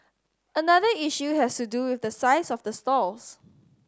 another issue has to do with the size of the stalls